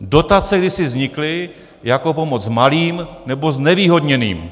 Dotace kdysi vznikly jako pomoc malým nebo znevýhodněným.